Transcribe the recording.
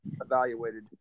evaluated